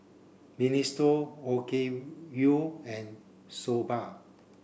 Minestrone Okayu and Soba